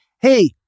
hey